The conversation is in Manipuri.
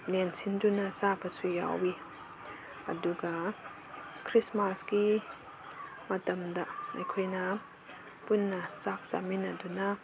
ꯌꯦꯟ ꯁꯤꯟꯗꯨꯅ ꯆꯥꯕꯁꯨ ꯌꯥꯎꯏ ꯑꯗꯨꯒ ꯈ꯭ꯔꯤꯁꯃꯥꯁꯀꯤ ꯃꯇꯝꯗ ꯑꯩꯈꯣꯏꯅ ꯄꯨꯟꯅ ꯆꯥꯛ ꯆꯥꯃꯤꯟꯅꯗꯨꯅ